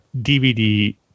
DVD